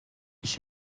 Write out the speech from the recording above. ich